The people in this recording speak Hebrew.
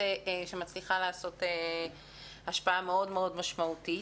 שמצליחה לעשות השפעה מאוד מאוד משמעותית,